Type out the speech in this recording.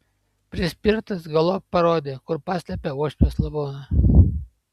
prispirtas galop parodė kur paslėpė uošvės lavoną